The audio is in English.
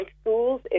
schools